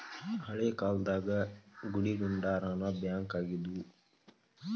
ಹಳೇ ಕಾಲ್ದಾಗ ಗುಡಿಗುಂಡಾರಾನ ಬ್ಯಾಂಕ್ ಆಗಿದ್ವು